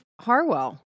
Harwell